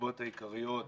הסיבות העיקריות